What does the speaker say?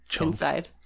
inside